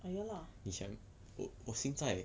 err ya lah